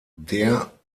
der